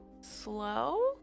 slow